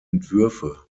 entwürfe